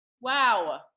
Wow